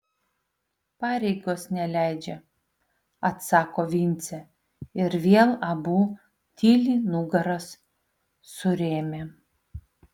pareigos neleidžia atsako vincė ir vėl abu tyli nugaras surėmę